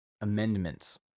Amendments